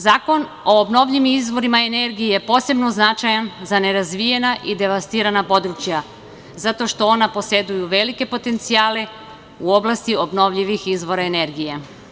Zakon o obnovljivim izvorima energije posebno je značajan za nerazvijena i devastirana područja, zato što ona poseduju velike potencijale u oblasti obnovljivih izvora energije.